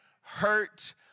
hurt